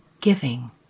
giving